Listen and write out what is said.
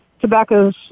Tobacco's